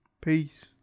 Peace